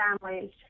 families